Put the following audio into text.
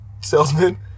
salesman